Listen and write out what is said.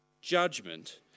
judgment